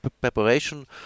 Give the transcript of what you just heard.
preparation